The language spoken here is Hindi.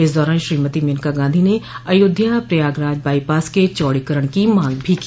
इस दौरान श्रीमती मेनका गांधी ने अयोध्या प्रयागराज बाईपास के चौड़ीकरण की मांग भी की